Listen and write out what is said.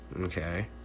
okay